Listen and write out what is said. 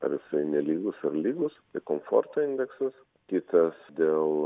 ar jisai nelygus ar lygus komforto indeksas kitas dėl